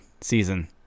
season